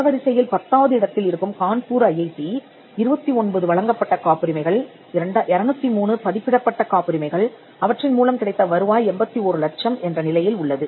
தரவரிசையில் பத்தாவது இடத்தில் இருக்கும் கான்பூர் ஐஐடி 29 வழங்கப்பட்ட காப்புரிமைகள் 203 பதிப்பிடப்பட்ட காப்புரிமைகள் அவற்றின் மூலம் கிடைத்த வருவாய் 81 லட்சம் என்ற நிலையில் உள்ளது